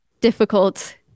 difficult